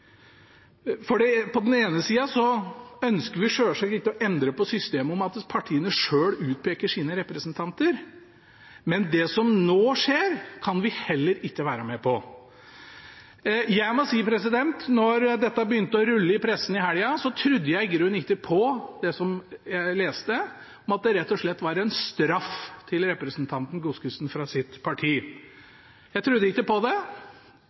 i. For på den ene siden ønsker vi selvsagt ikke å endre det systemet at partiene selv utpeker sine representanter, men det som nå skjer, kan vi heller ikke være med på. Jeg må si at da dette begynte å rulle i pressen i helgen, trodde jeg i grunnen ikke på det jeg leste, at det rett og slett var en straff for representanten Godskesen fra hennes parti. Jeg trodde ikke på det,